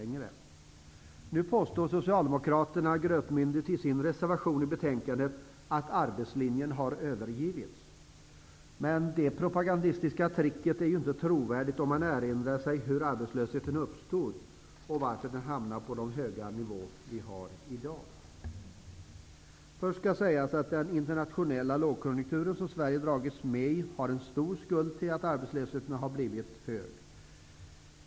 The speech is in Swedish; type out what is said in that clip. Nu påstår Socialdemokraterna grötmyndigt i sin reservation till betänkandet att arbetslinjen har övergivits. Det propagandistiska tricket är inte trovärdigt om man erinrar sig hur arbetslösheten uppstod och varför den har hamnat på den höga nivå som den är på i dag. Den internationella lågkonjunkturen, som Sverige har dragits med i, har en stor skuld till att arbetslösheten har blivit så stor.